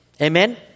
Amen